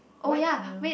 what you